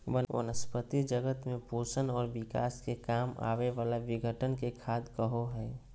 वनस्पती जगत में पोषण और विकास के काम आवे वाला विघटन के खाद कहो हइ